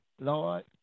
Lord